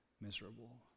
miserable